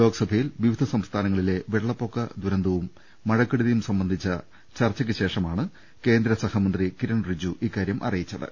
ലോക്സഭയിൽ വിവിധ സംസ്ഥാനങ്ങളിലെ വെള്ളപ്പൊക്ക ദുരന്തവും മഴ ക്കെടുതിയും സംബന്ധിച്ച് നടത്തിയ ചർച്ചയ്ക്ക് ശേഷമാണ് കേന്ദ്രസഹമന്ത്രി കിരൺ റിജ്ജു ഇക്കാര്യം അറിയിച്ചത്